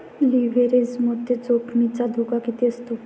लिव्हरेजमध्ये जोखमीचा धोका किती असतो?